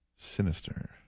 Sinister